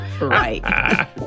Right